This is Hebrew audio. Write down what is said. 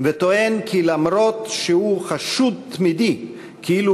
וטוען כי אף שהוא חשוד תמידי כאילו